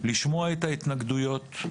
לשמוע את ההתנגדויות,